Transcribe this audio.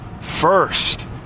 first